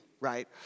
right